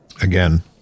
Again